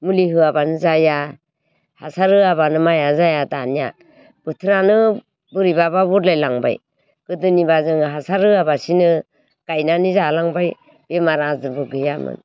मुलि होयाबानो जाया हासार होयाबानो माइया जाया दानिया बोथोरानो बोरैबा बा बदलाय लांबाय गोदोनिबा हासार होयाबासिनो गायनानै जालांबाय बेमार आजारबो गैयामोन